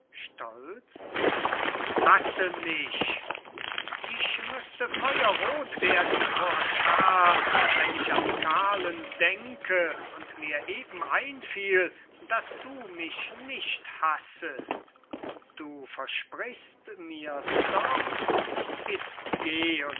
hasse mich ich müßte feuerroth werden vor scham wenn ich an karln denke und mir eben einfiel daß du mich nicht hassest du versprichst mir's doch itzt geh